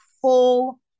full